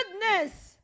goodness